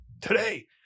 today